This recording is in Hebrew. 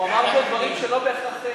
הוא אמר פה דברים שלא בהכרח,